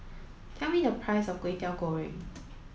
tell me the price of Kway Teow Goreng